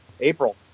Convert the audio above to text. April